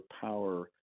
power